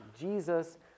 Jesus